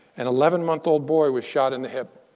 an eleven month old boy was shot in the hip.